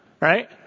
right